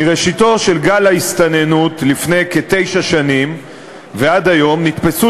מראשיתו של גל ההסתננות לפני כתשע שנים ועד היום נתפסו